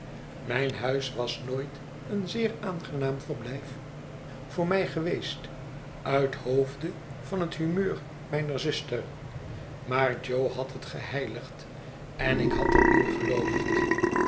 mijn huis was nooit een zeer aangenaam verblijf voor mij geweest uithoofde van het humeur mijner zuster maar jo had het geheiligd en ik had er in geloofd